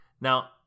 now